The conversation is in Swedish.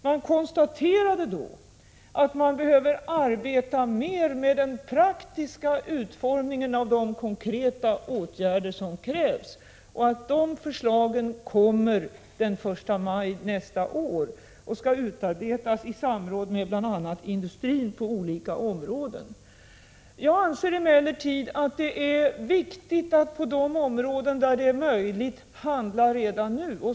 Man konstaterade därvid att man behöver arbeta mer med den praktiska utformningen av de konkreta åtgärder som krävs. Dessa förslag kommer att framläggas den 1 maj nästa år och skall utarbetas i samråd med bl.a. industrin på olika områden. Jag anser emellertid att det är viktigt att på de områden där det är möjligt handla redan nu.